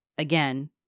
Again